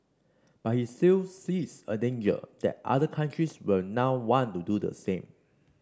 but he still sees a danger that other countries will now want to do the same